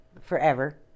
forever